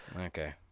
okay